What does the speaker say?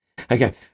Okay